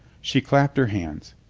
she clapped her hands.